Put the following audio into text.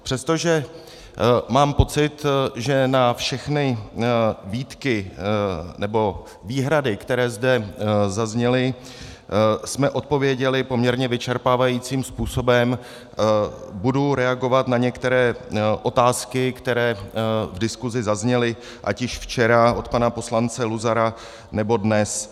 Přestože mám pocit, že na všechny výtky nebo výhrady, které zde zazněly, jsme odpověděli poměrně vyčerpávajícím způsobem, budu reagovat na některé otázky, které v diskuzi zazněly ať již včera od pana poslance Luzara, nebo dnes.